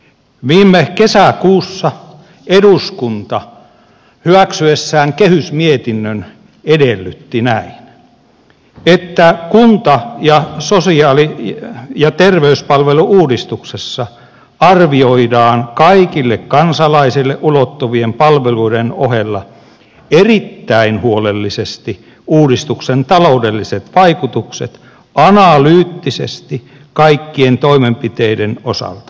viime kesäkuussa eduskunta hyväksyessään kehysmietinnön edellytti että kunta ja sosiaali ja terveyspalvelu uudistuksessa arvioidaan kaikille kansalaisille ulottuvien palvelujen ohella erittäin huolellisesti uudistuksen taloudelliset vaikutukset analyyttisesti kaikkien toimenpiteiden osalta